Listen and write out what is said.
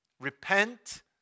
repent